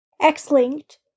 X-linked